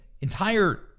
entire